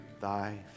thy